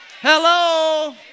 Hello